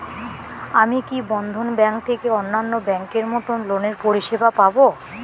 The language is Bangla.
আমি কি বন্ধন ব্যাংক থেকে অন্যান্য ব্যাংক এর মতন লোনের পরিসেবা পাব?